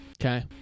Okay